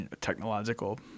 technological